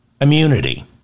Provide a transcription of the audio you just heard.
immunity